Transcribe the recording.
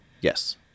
Yes